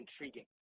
intriguing